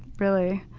really.